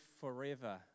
forever